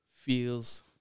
feels